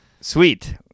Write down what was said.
Sweet